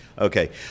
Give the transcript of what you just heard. Okay